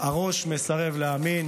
הראש מסרב להאמין